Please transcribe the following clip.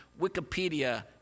Wikipedia